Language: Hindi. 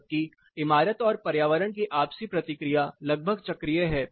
जबकि इमारत और पर्यावरण की आपसी प्रतिक्रिया लगभग चक्रीय है